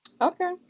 Okay